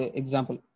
example